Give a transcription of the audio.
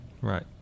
right